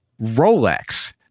Rolex